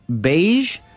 beige